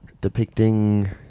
depicting